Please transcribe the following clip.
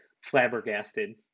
flabbergasted